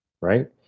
right